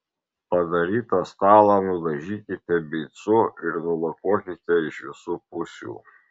padarytą stalą nudažykite beicu ir nulakuokite iš visų pusių